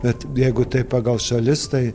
bet jeigu taip pagal šalis tai